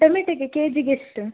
ಟೊಮೇಟೊಗೆ ಕೇಜಿಗೆ ಎಷ್ಟು